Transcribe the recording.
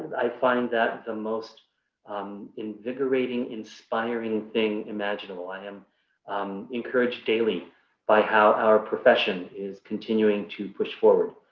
i find that the most invigorating, inspiring thing imaginable. i am encouraged daily by how our profession is continuing to push forward.